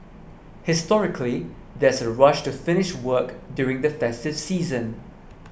historically there's a rush to finish work during the festive season